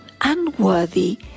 unworthy